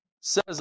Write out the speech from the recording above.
says